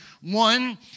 One